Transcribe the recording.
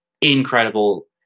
incredible